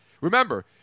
Remember